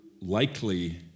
likely